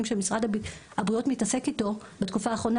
שמשרד הבריאות מתעסק איתו בתקופה האחרונה,